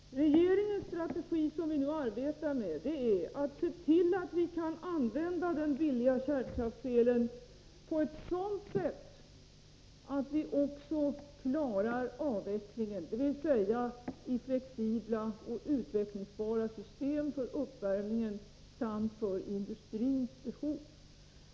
Regeringens strategi, som vi nu arbetar med, är att se till att vi kan använda den billiga kärnkraftselen på ett sådant sätt att vi också klarar avvecklingen, dvs. får flexibla och utvecklingsbara system för uppvärmningen samt för industrins behov.